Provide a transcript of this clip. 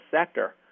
sector